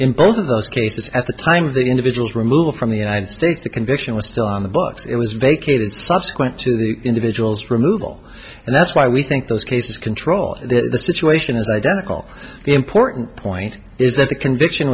in both of those cases at the time of the individuals removal from the united states the conviction was still on the books it was vacated subsequent to the individuals removal and that's why we think those cases control the situation is identical the important point is that the conviction